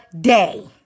Day